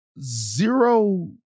zero